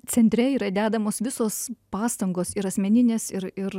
centre yra dedamos visos pastangos ir asmeninės ir ir